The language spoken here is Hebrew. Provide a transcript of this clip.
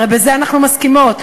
הרי בזה אנחנו מסכימות,